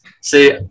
See